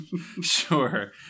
Sure